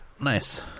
Nice